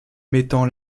mettant